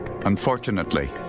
Unfortunately